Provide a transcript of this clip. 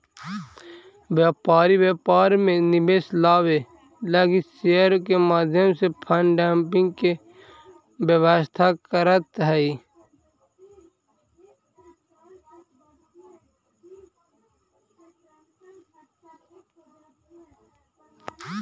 व्यापारी व्यापार में निवेश लावे लगी शेयर के माध्यम से फंडिंग के व्यवस्था करऽ हई